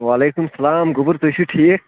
وعلیکُم السَلام گوٚبُر تُہۍ چھُو ٹھیٖک